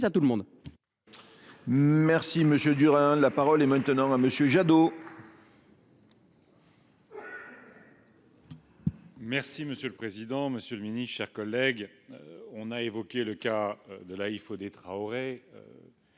service à tout le monde.